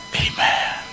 amen